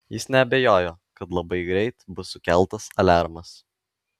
jis neabejojo kad labai greit bus sukeltas aliarmas